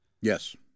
Yes